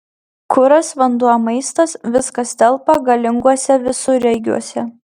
kuras vanduo maistas viskas telpa galinguose visureigiuose